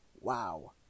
Wow